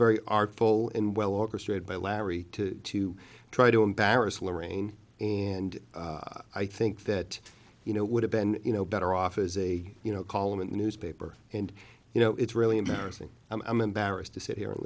very artful and well orchestrated by larry to to try to embarrass lorraine and i think that you know would have been you know better off as a you know column in the newspaper and you know it's really embarrassing i'm embarrassed to sit here and